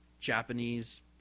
Japanese –